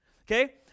Okay